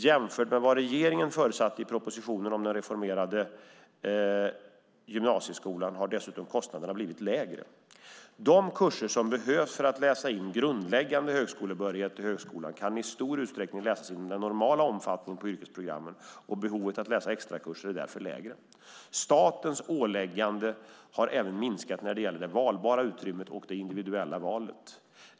Jämfört med vad regeringen förutsatte i propositionen om den reformerade gymnasieskolan har dessutom kostnaderna blivit lägre. De kurser som behövs för att läsa in grundläggande högskolebehörighet till högskolan kan i stor utsträckning läsas inom den normala omfattningen på yrkesprogrammen, och behovet att läsa extrakurser är därför lägre. Statens åläggande har även minskat när det gäller det valbara utrymmet och det individuella valet.